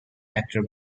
actor